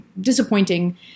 disappointing